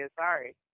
sorry